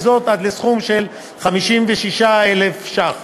וזאת עד לסכום של 56,000 שקל.